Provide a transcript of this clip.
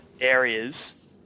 areas